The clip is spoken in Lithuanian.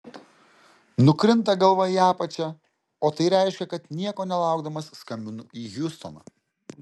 nukrinta galva į apačią o tai reiškia kad nieko nelaukdamas skambinu į hjustoną